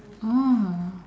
oh